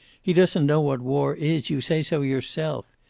he doesn't know what war is you say so yourself.